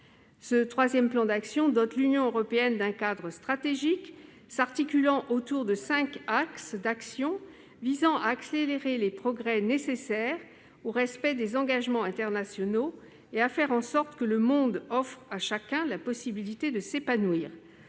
Ce troisième plan d'action dote l'Union européenne d'un cadre stratégique s'articulant autour de cinq axes d'action qui visent à accélérer les progrès nécessaires au respect des engagements internationaux et à faire en sorte que le monde offre à chacun la possibilité de s'épanouir.